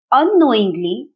unknowingly